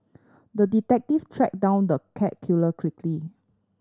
the detective tracked down the cat killer quickly